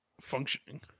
functioning